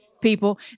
people